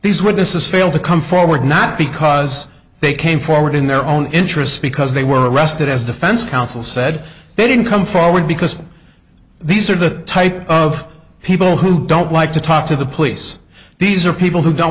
these witnesses failed to come forward not because they came forward in their own interest because they were arrested as defense counsel said they didn't come forward because these are the type of people who don't like to talk to the police these are people who don't